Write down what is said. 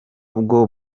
bwo